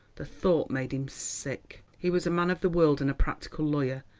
the thought made him sick. he was a man of the world, and a practical lawyer,